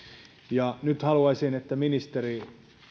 ja nyt haluaisin että ministeri